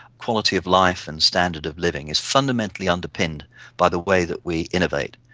quality of life and standard of living is fundamentally underpinned by the way that we innovate,